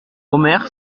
omer